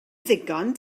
ddigon